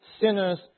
sinners